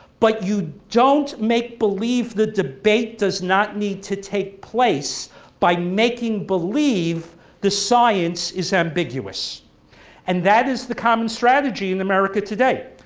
but you don't make believe the debate does not need to take place by making believe the science is ambiguous and that is the common strategy in america today.